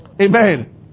Amen